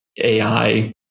AI